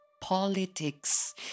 politics